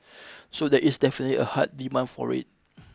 so there is definitely a hard demand for it